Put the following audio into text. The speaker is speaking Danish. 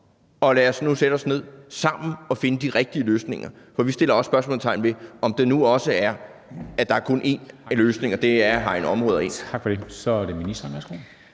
og lad os nu sætte os ned sammen og finde de rigtige løsninger, for vi sætter også spørgsmålstegn ved, om der nu også kun er én løsning, og at det er at hegne områder